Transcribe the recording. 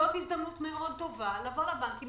זאת הזדמנות מאוד טובה לבוא לבנקים,